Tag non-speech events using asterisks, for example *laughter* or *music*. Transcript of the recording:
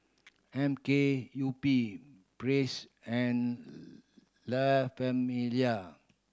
M K U P Press and *unintelligible* La Famiglia